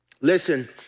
Listen